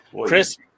Chris